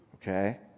Okay